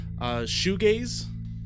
Shoegaze